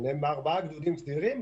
הם ארבעה גדודים סדירים.